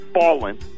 fallen